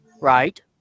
right